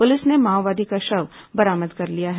police ने माओवादी का शव बरामद कर लिया है